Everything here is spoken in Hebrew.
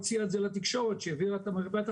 היא הוציאה את זה לתקשורת כשהיא העבירה את החוק,